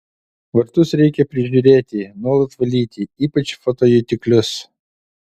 vartus reikia prižiūrėti nuolat valyti ypač fotojutiklius